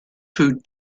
food